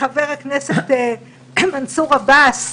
חבר הכנסת מנסור עבאס,